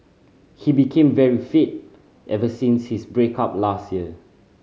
he became very fit ever since his break up last year